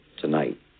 tonight